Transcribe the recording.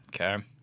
Okay